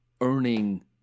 earning